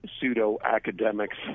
pseudo-academics